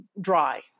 dry